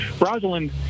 Rosalind